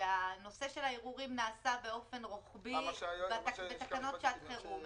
שהנושא של הערעורים נעשה באופן רוחבי בתקנות שעת חירום.